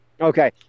Okay